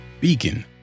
Beacon